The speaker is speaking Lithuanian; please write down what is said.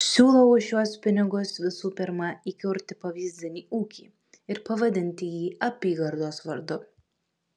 siūlau už šiuos pinigus visų pirma įkurti pavyzdinį ūkį ir pavadinti jį apygardos vardu